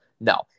no